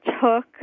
took